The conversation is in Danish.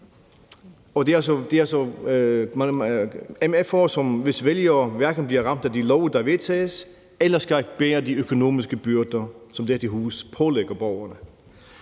vælgere hverken bliver ramt af de love, der vedtages, eller skal bære de økonomiske byrder, som dette hus pålægger borgerne.